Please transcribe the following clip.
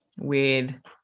weird